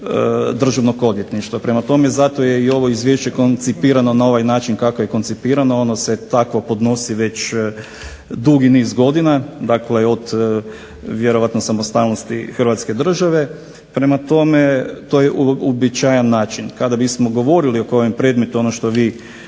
Državnog odvjetništva. Prema tome, zato je i ovo izvješće koncipirano na ovaj način kako je koncipirano, ono se takvo podnosi već dugi niz godina. Dakle, od vjerojatno samostalnosti Hrvatske države. Prema tome, to je uobičajen način. Kada bismo govorili o kojem predmetu ono što vi